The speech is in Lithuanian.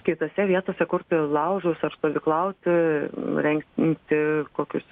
kitose vietose kurti laužus ar stovyklauti rengti kokius